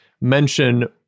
mention